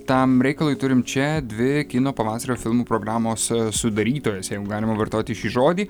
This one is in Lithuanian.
tam reikalui turim čia dvi kino pavasario filmų programos sudarytojas jei jum galima vartoti šį žodį